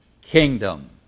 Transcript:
kingdom